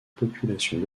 populations